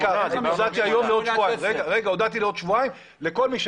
קבעתי לעוד שבועיים והודעתי לכל מי שהוא